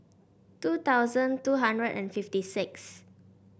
two thousand two hundred and fifty six